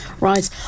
Right